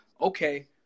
okay